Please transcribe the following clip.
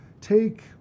Take